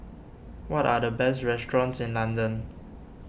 what are the best restaurants in London